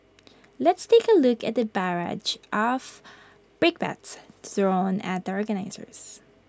let's take A look at the barrage of brickbats thrown at the organisers